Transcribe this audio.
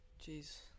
jeez